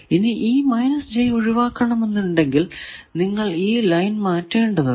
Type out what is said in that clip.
ഇനി ഈ j ഒഴിവാക്കണമെന്നുണ്ടെങ്കിൽ നിങ്ങൾക്കു ഈ ലൈൻ മാറ്റേണ്ടതുണ്ട്